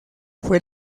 fue